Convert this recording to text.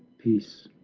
peace.